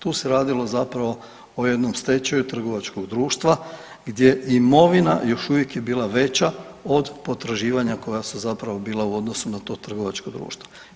Tu se radilo zapravo o jednom stečaju trgovačkog društva gdje imovina još uvijek je bila veća od potraživanja koja su zapravo bila u odnosu na to trgovačko društvo.